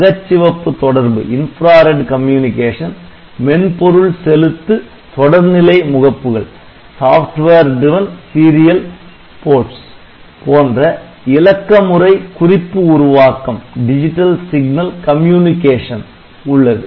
அகச்சிவப்பு தொடர்பு மென்பொருள் செலுத்து தொடர்நிலை முகப்புகள் போன்ற இலக்கமுறை குறிப்பு உருவாக்கம் உள்ளது